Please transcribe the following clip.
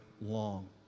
long